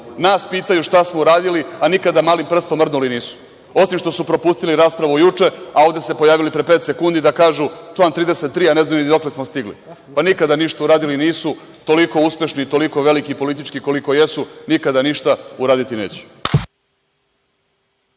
nas pitaju šta smo uradili, a nikada malim prstom mrdnuli nisu, osim što su propustili raspravu juče, a ovde se pojavili pre pet sekundi da kažu – član 33. a ne znaju ni dokle smo stigli, pa nikada ništa uradili nisu, toliko uspešni, toliko veliki politički koliko jesu, nikada ništa uraditi neće.